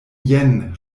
jen